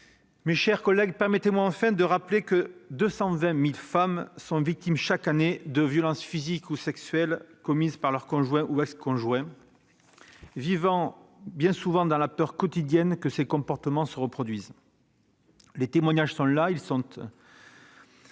Mes chers collègues, permettez-moi enfin de rappeler que 220 000 femmes sont victimes, chaque année, de violences physiques ou sexuelles commises par leur conjoint ou ex-conjoint. Elles vivent bien souvent dans la peur quotidienne que ces comportements se reproduisent. Les témoignages sont là ; ils ne